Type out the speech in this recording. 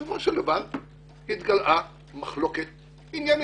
בסופו של דבר התגלעה מחלוקת עניינית.